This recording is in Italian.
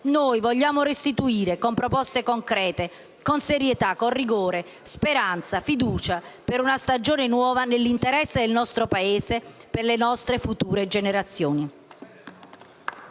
Vogliamo restituire con proposte concrete, con serietà, con rigore, speranza e fiducia per una stagione nuova, nell'interesse del nostro Paese e per le nostre future generazioni.